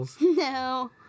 No